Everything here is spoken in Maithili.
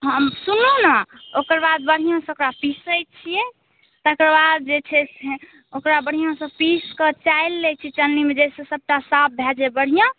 हम सुनु ने ओकरबाद बढ़िऑं से ओकरा पीसै छियै तकरबाद जे छै से ओकरा बढ़िऑं सऽ पीस कऽ चालि लै छियै छननीमे जै से सब टा साफ भए जाइ बढ़िऑं